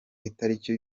itariki